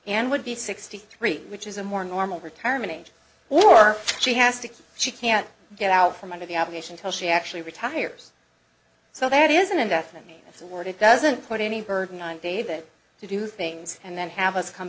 and would be sixty three which is a more normal retirement age or she has to she can't get out from under the operation till she actually retires so that is an investment that's a word it doesn't put any burden on david to do things and then have us come